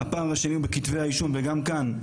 הפער השני זה בכתבי האישום וגם כאן,